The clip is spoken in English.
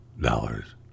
dollars